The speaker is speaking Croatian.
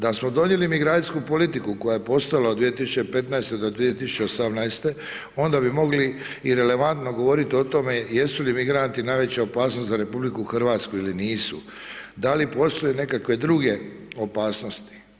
Da smo donijeli migracijsku politiku koja je postojala od 2015.-te do 2018.-te, onda bi mogli i relevantno govoriti o tome jesu li migranti najveća opasnost za RH ili nisu, da li postoje nekakve druge opasnosti.